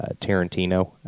Tarantino